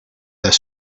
their